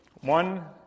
One